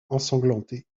ensanglanté